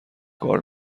کار